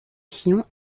sillon